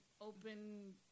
open